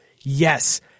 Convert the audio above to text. Yes